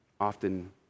often